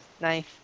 Nice